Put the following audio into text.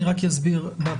אני רק אסביר למה.